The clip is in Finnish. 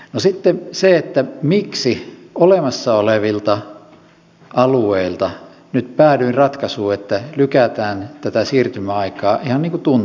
no sitten miksi olemassa olevilla alueilla nyt päädyin ratkaisuun että lykätään tätä siirtymäaikaa ihan niin kuin tuntuvasti